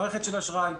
מערכת של אשראי.